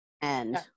and-